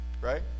right